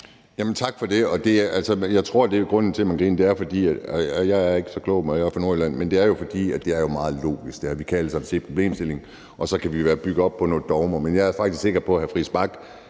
Tak for det. Jeg tror, grunden til, at man griner, er – og jeg er ikke så klog, jeg er oppe fra Nordjylland – at det er meget logisk. Vi kan alle sammen se problemstillingen. Så kan vi være bygget op på nogle dogmer, men jeg er faktisk sikker på, at hr. Christian